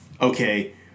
okay